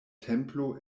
templo